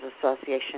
Association